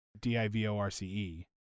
d-i-v-o-r-c-e